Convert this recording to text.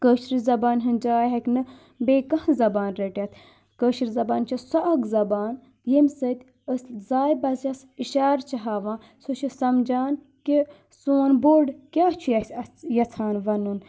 کٲشرِ زبانہِ ہٕنٛذۍ جاے ہیٚکہِ نہٕ بیٚیہِ کانٛہہ زبان رٔٹِتھ کٲشِر زبان چھِ سُہ اَکھ زَبان ییٚمہِ سۭتۍ أسۍ زایہِ بَچس اِشار چھِ ہاوان سُہ چھِ سَمجان کہِ سون بوٚڑ کیاہ چھُ اَسہِ یَژھان وَنُن